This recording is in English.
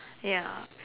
ya